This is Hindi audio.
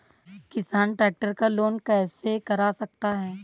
किसान ट्रैक्टर का लोन कैसे करा सकता है?